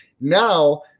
now